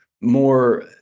more